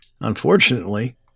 Unfortunately